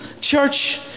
Church